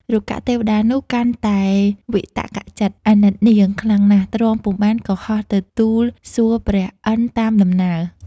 រុក្ខទេវតានោះកាន់តែវិតក្កចិត្ដ អាណិតនាង ខ្លាំងណាស់ ទ្រាំពុំបានក៏ហោះទៅទូលសួរព្រះឥន្ធតាមដំណើរ។